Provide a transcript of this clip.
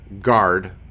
guard